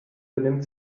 benimmt